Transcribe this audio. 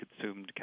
consumed